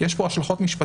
כי יש פה השלכות משפטיות.